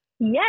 Yes